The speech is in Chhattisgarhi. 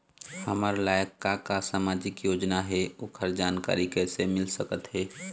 हमर लायक का का सामाजिक योजना हे, ओकर जानकारी कइसे मील सकत हे?